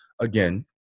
again